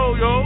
yo